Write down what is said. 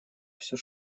все